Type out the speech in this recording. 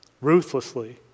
ruthlessly